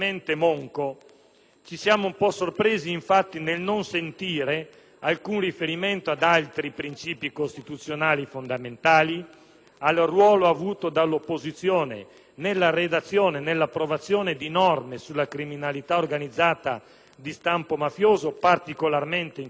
Ci siamo un po' sorpresi, infatti, nel non sentire alcun riferimento ad altri principi costituzionali fondamentali; al ruolo avuto dall'opposizione nella redazione e nell'approvazione di norme sulla criminalità organizzata di stampo mafioso, particolarmente in questo Senato;